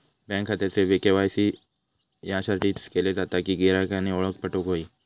bank खात्याचे KYC याच्यासाठीच केले जाता कि गिरायकांची ओळख पटोक व्हयी